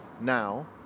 now